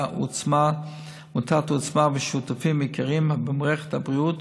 עמותת עוצמה ושותפים עיקריים במערכת הבריאות,